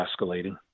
escalating